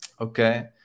Okay